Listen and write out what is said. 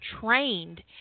trained